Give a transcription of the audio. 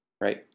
Right